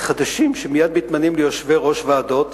חדשים שמייד מתמנים ליושבי-ראש ועדות,